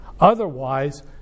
Otherwise